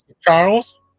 charles